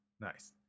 Nice